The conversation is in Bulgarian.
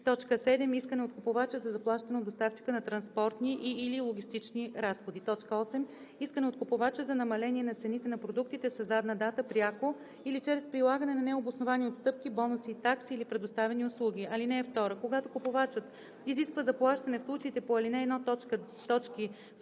7. искане от купувача за заплащане от доставчика на транспортни и/или логистични разходи; 8. искане от купувача за намаление на цените на продуктите със задна дата пряко или чрез прилагане на необосновани отстъпки, бонуси и такси или предоставяни услуги. (2) Когато купувачът изисква заплащане в случаите по ал. 1,